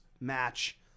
match